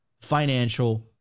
financial